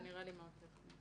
זה נראה לי מאוד טכני.